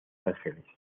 ángeles